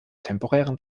temporären